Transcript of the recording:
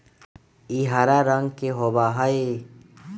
ई हरा रंग के होबा हई